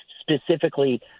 specifically